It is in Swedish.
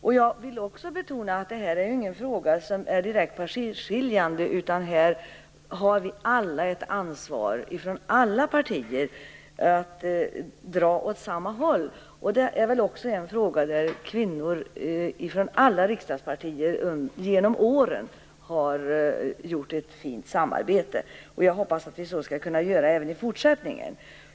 Vidare vill jag betona att detta inte är någon partiskiljande fråga, utan här har vi alla ett ansvar från alla partier att dra åt samma håll. Detta är en fråga där alla kvinnor från alla riksdagspartier genom åren har haft ett fint samarbete. Så hoppas jag att vi skall kunna göra även i fortsättningen.